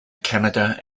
canada